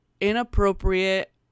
inappropriate